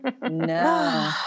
No